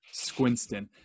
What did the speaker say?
Squinston